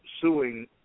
suing